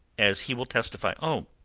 as he will testify. oh!